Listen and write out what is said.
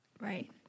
Right